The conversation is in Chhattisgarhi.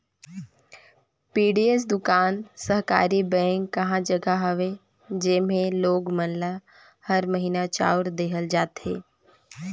पीडीएस दुकान सहकारी बेंक कहा जघा हवे जेम्हे लोग मन ल हर महिना चाँउर देहल जाथे